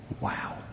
Wow